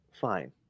fine